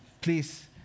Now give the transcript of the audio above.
Please